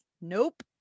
Nope